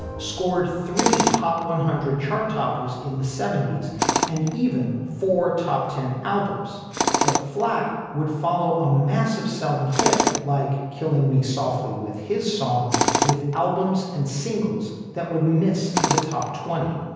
scored three hot one hundred chart toppers in the seventy s and even for top ten albums but flack would follow a massive selling hit like killing me softly with his song with albums and singles that would miss the top twenty.